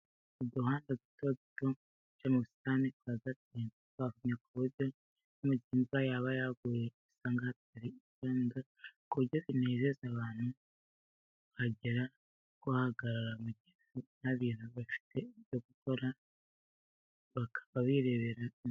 Uduhanda duto duto duca mu busitani rwagati, dupavomye ku buryo no mu gihe imvura yaba yaguye usanga hatari icyondo ku buryo binezeza abantu kuhagera no kuhahagarara mu gihe nta bintu bafite byo gukora bakaba birebera indabo.